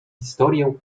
historię